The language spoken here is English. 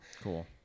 Cool